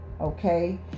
Okay